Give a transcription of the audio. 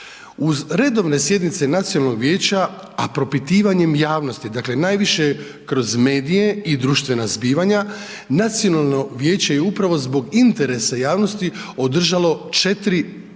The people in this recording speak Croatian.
Uz redovne sjednice nacionalnog vijeća, a propitivanjem javnosti, dakle najviše kroz medije i društvena zbivanja nacionalno vijeće je upravo zbog interesa javnosti održalo 4 tematske,